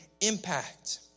impact